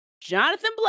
Jonathan